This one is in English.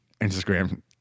instagram